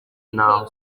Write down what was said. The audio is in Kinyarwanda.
naho